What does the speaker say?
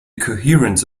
coherence